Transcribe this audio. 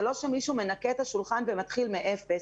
זה לא שמישהו מנקה את השולחן ומתחיל מאפס.